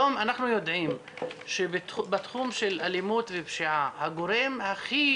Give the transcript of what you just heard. היום אנחנו יודעים שבתחום של אלימות ופשיעה הגורם הכי